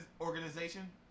organization